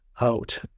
out